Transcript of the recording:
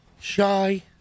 shy